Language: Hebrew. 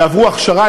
יעברו הכשרה,